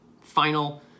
final